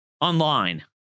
online